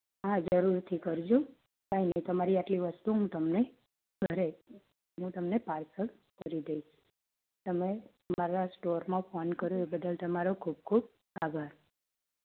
હા જરૂરથી કરજો કાઈ નઇ તમારી અટલી વસ્તુ હું તમને ઘરે હું તમને પાર્સલ કરી દઇશ તમે મારા સ્ટોરમાં ફોન કર્યો બદલ તમારો ખૂબ ખૂબ આભાર